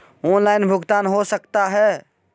Online भुगतान हो सकता है?